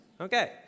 Okay